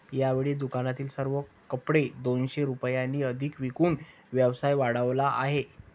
यावेळी दुकानातील सर्व कपडे दोनशे रुपयांनी अधिक विकून व्यवसाय वाढवला आहे